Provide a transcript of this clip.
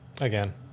again